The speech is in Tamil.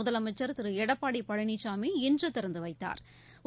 முதலமைச்சா் திரு எடப்பாடி பழனிசாமி இன்று திறந்து வைத்தாா்